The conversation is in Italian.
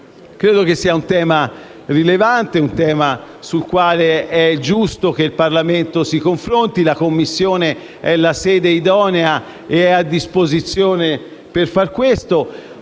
Credo che si tratti di un tema rilevante sul quale è giusto che il Parlamento si confronti; la Commissione è la sede idonea ed è a disposizione per fare questo.